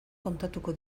kontatuko